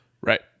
Right